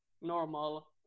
normal